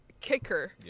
kicker